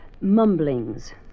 mumblings